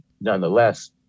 nonetheless